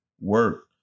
work